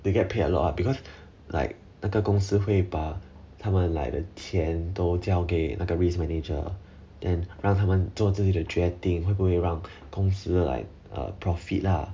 they get paid a lot because like 那个公司会把他们 like the 钱都交给那个 risk manager then 让他们做自己的决定会不会让公司 like err profit lah